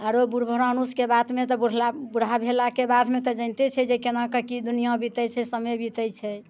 आरो बूढ़ बुढ़ानुसके बातमे तऽ बुढ़ला बुढ़ा भेलाके बादमे तऽ जनिते छियै जे केनाके की दुनिया बीतैत छै समय बीतैत छै